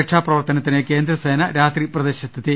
രക്ഷാപ്രവർത്തനത്തിന് കേന്ദ്രസേന രാത്രി പ്രദേശത്തെത്തി